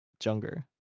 jungler